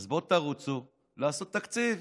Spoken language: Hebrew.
אז בואו, תרוצו לעשות תקציב.